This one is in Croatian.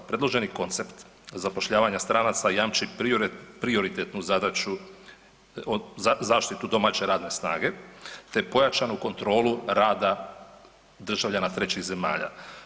Predloženi koncept zapošljavanja stranaca jamči prioritetnu zadaću, zaštitu domaće radne snage te pojačanu kontrolu rada državljana trećih zemalja.